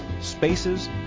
spaces